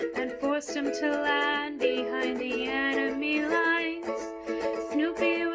and forced him to land behind the enemy lines snoopy